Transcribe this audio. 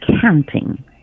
counting